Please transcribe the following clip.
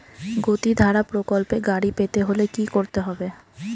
গতিধারা প্রকল্পে গাড়ি পেতে হলে কি করতে হবে?